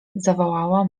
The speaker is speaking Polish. zawołała